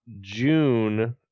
June